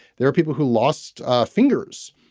there are people who lost fingers